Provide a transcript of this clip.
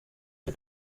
cyo